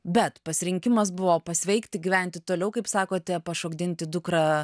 bet pasirinkimas buvo pasveikti gyventi toliau kaip sakote pašokdinti dukrą